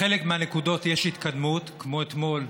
בחלק מהנקודות יש התקדמות, כמו אתמול: